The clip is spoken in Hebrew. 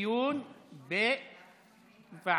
אדוני היושב-ראש,